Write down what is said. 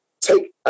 take